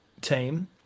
team